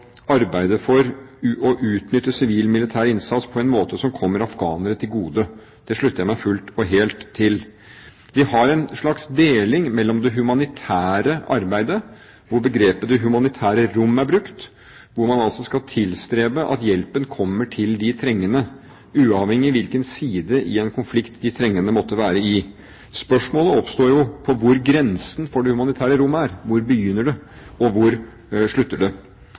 for å utnytte sivil og militær innsats på en måte som kommer afghanerne til gode. Det slutter jeg meg fullt og helt til. Vi har en slags deling når det gjelder det humanitære arbeidet, hvor begrepet «det humanitære rom» er brukt, hvor man altså skal tilstrebe at hjelpen kommer til de trengende, uavhengig av hvilken side i en konflikt de trengende måtte være på. Spørsmålet som oppstår, er jo: Hvor er grensen for det humanitære rommet? Hvor begynner det, og hvor slutter det?